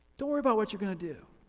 don't worry about what you're gonna do.